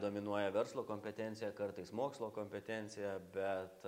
dominuoja verslo kompetencija kartais mokslo kompetencija bet